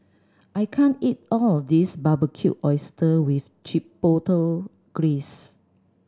I can't eat all of this Barbecued Oyster with Chipotle Glaze